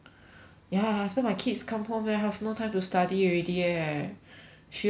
ya after my kids come home then I have no time to study already eh she always like